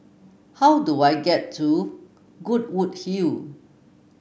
how do I get to Goodwood Hill